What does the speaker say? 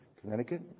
Connecticut